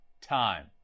time